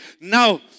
Now